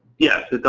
yes,